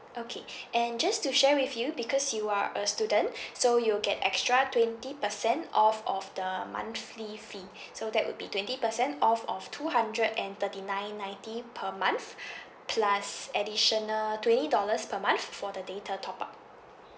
okay and just to share with you because you are a student so you'll get extra twenty percent off of the monthly fee so that will be twenty percent off of two hundred and thirty nine ninety per month plus additional twenty dollars per month for the data top up